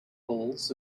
bulls